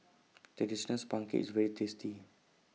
Traditional Sponge Cake IS very tasty